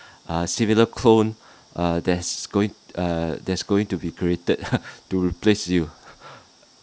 err similar clone err that's going err that's going to be created to replace you